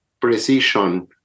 precision